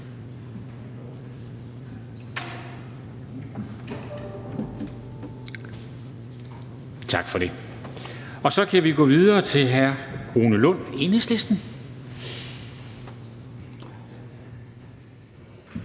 bemærkninger. Så kan vi gå videre til hr. Rune Lund, Enhedslisten.